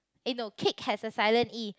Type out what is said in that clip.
eh no cake has a silent E